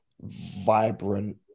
vibrant